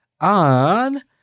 On